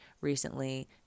recently